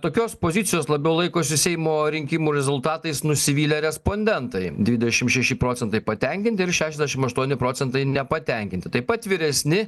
tokios pozicijos labiau laikosi seimo rinkimų rezultatais nusivylę respondentai dvidešim šeši procentai patenkinti ir šešiasdešim aštuoni procentai nepatenkinti taip pat vyresni